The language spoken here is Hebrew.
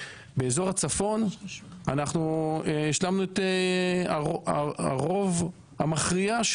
באזור הצפון אנחנו השלמנו את הרוב המכריע,